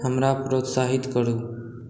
हमरा प्रोत्साहित करू